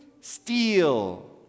steal